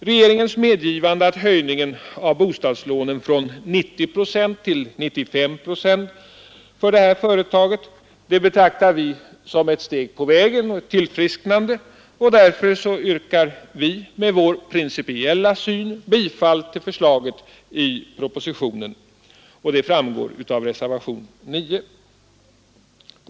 Regeringens medgivande av höjningen av bostadslånen från 90 procent till 95 procent för det här företaget betraktar vi som ett steg på vägen mot tillfrisknande, och därför yrkar vi med vår principiella syn bifall till förslaget i propositionen. Detta framgår av reservationen 9 a, som jag alltså yrkar bifall till.